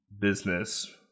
business